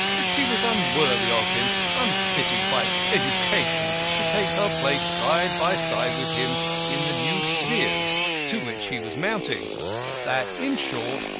that she was unworthy of him, unfitted by education to take her place side by side with him in the new spheres to which he was mounting that, in short,